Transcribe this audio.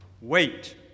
wait